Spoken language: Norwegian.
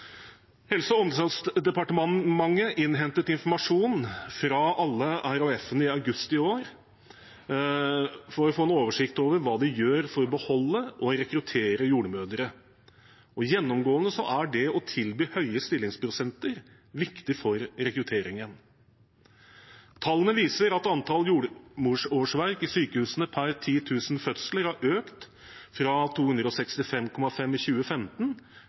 Helse- og omsorgsdepartementet innhentet informasjon fra alle RHF-ene i august i år for å få en oversikt over hva de gjør for å beholde og rekruttere jordmødre. Gjennomgående er det å tilby høye stillingsprosenter viktig for rekrutteringen. Tallene viser at antall jordmorårsverk ved sykehusene per 10 000 fødsler har økt, fra 265,5 i 2015